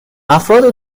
افراد